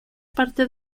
parte